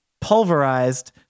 pulverized